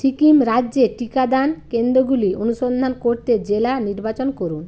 সিকিম রাজ্যে টিকাদান কেন্দ্রগুলি অনুসন্ধান করতে জেলা নির্বাচন করুন